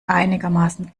einigermaßen